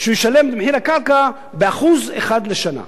שהוא ישלם את מחיר הקרקע ב-1% לשנה.